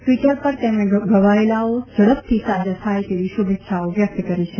Twitter પર તેમણે ઘવાયેલાઓ ઝડપથી સાજા થાય તેવી શુભેચ્છાઓ વ્યકત કરી છે